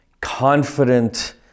confident